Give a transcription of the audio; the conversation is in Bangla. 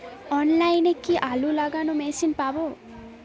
অনলাইনে কি আলু লাগানো মেশিন পাব?